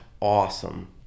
awesome